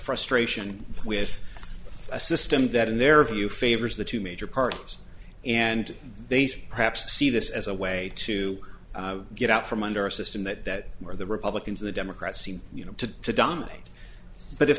frustration with a system that in their view favors the two major parties and they see perhaps see this as a way to get out from under a system that where the republicans the democrats seem you know to to dominate but if